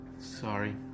sorry